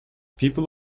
people